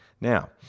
Now